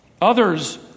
Others